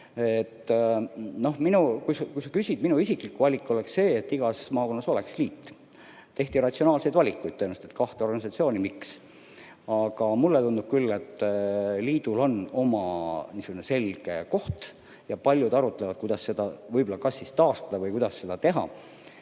ütlen, et minu isiklik valik oleks see, et igas maakonnas oleks liit. Tehti ratsionaalseid valikuid tõenäoliselt, et kaks organisatsiooni, et miks. Aga mulle tundub küll, et liidul on oma selge koht. Paljud arutlevad, kuidas seda kas taastada või kuidas seda teha.